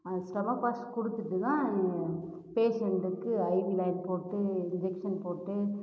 stomach wash கொடுத்துட்டு தான் பேஷண்ட்டுக்கு ஐவி லைன் போட்டு இன்ஜெக்ஷன் போட்டு